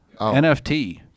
NFT